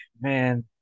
man